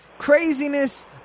craziness